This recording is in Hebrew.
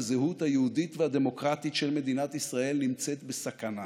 הזהות היהודית והדמוקרטית של מדינת ישראל נמצאת בסכנה.